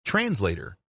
Translator